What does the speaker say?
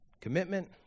commitment